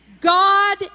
God